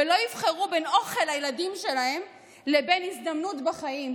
ולא יבחרו בין אוכל לילדים שלהן לבין הזדמנות בחיים,